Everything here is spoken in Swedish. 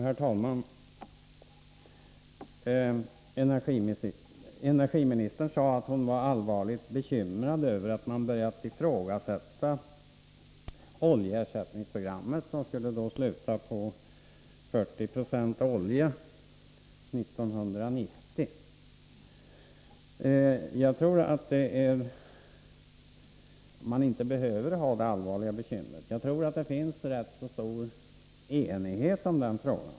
Herr talman! Energiministern sade att hon var allvarligt bekymrad över att man börjat ifrågasätta oljeersättningsprogrammet, som skulle sluta på 40 96 olja år 1990. Jag tror att man här inte behöver hysa något allvarligt bekymmer utan att det råder rätt stor enighet i denna fråga.